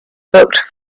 book